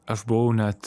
aš buvau net